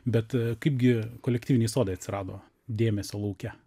bet kaipgi kolektyviniai sodai atsirado dėmesio lauke